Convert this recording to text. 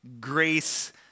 grace